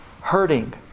hurting